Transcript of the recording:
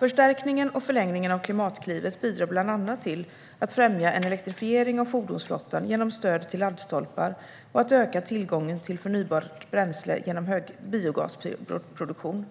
Förstärkningen och förlängningen av Klimatklivet bidrar bland annat till att främja en elektrifiering av fordonsflottan genom stöd till laddstolpar och att öka tillgången på förnybart bränsle genom biogasproduktion.